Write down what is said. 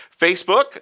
Facebook